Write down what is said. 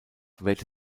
wehrte